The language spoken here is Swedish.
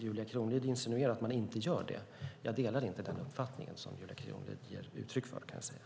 Julia Kronlid insinuerar att man inte gör det. Jag delar inte den uppfattning som Julia Kronlid ger uttryck för.